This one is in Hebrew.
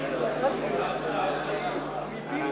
סייג לדירות גדולות),